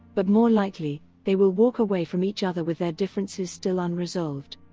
but more likely, they will walk away from each other with their differences still unresolved.